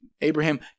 Abraham